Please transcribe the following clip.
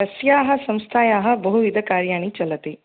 तस्याः संस्थायाः बहुविधकार्याणि चलति